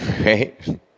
right